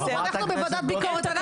אנחנו בוועדת ביקורת.